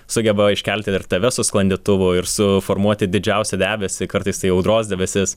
sugeba iškelti ir tave su sklandytuvu ir suformuoti didžiausią debesį kartais tai audros debesis